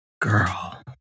Girl